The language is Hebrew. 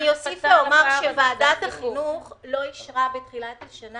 אני אוסיף ואומר שוועדת החינוך לא אישרה בתחילת השנה